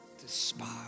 despise